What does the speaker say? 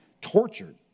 tortured